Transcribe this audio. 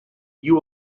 you